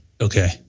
Okay